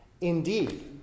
indeed